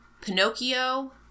Pinocchio